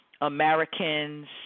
Americans